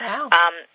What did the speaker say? Wow